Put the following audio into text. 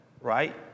right